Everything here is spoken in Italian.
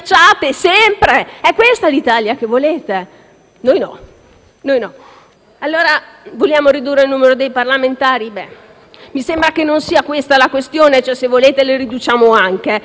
no. Vogliamo ridurre il numero dei parlamentari? Bene, ma mi sembra che non sia questa la questione. Se volete, lo possiamo anche ridurre, però vorrei che si riflettesse sulle questioni a monte,